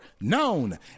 known